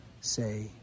say